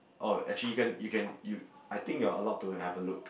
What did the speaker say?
oh actually you can you can you I think you are allowed to have a look